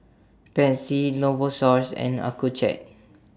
Pansy Novosource and Accucheck